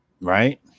Right